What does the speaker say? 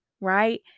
right